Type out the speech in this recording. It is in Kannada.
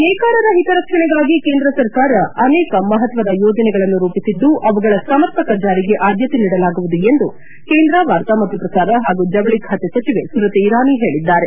ನೇಕಾರರ ಹಿತರಕ್ಷಣೆಗಾಗಿ ಕೇಂದ್ರ ಸರ್ಕಾರ ಅನೇಕ ಮಹತ್ವದ ಯೋಜನೆಗಳನ್ನು ರೂಪಿಸಿದ್ದು ಅವುಗಳ ಸಮರ್ಪಕ ಜಾರಿಗೆ ಆದ್ದತೆ ನೀಡಲಾಗುವುದು ಎಂದು ಕೇಂದ್ರ ವಾರ್ತಾ ಮತ್ತು ಪ್ರಸಾರ ಹಾಗೂ ಜವಳಿ ಖಾತೆ ಸಚಿವೆ ಸ್ವತಿ ಇರಾನಿ ಹೇಳಿದ್ದಾರೆ